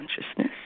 consciousness